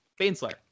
Baneslayer